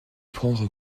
prendre